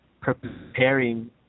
preparing